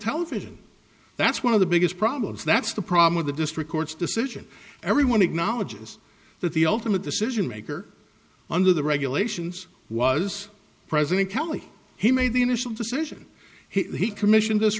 television that's one of the biggest problems that's the problem of the district court's decision everyone acknowledges that the ultimate decision maker under the regulations was president kelly he made the initial decision he commission